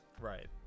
right